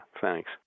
Thanks